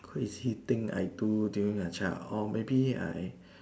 crazy thing I do during a child or maybe I